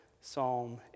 Psalm